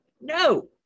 no